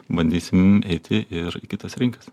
bandysim eiti ir į kitas rinkas